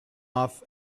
off